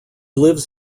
lives